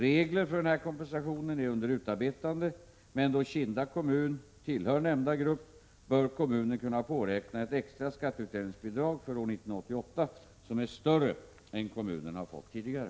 Regler för denna kompensation är under utarbetande, men då Kinda kommun tillhör nämnda grupp bör kommunen kunna påräkna ett extra skatteutjämningsbidrag för år 1988 som är större än det kommunen fått tidigare.